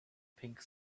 pink